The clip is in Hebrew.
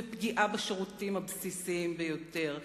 פגיעה בשירותים הבסיסיים ביותר,